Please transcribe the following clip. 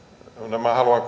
no minä haluan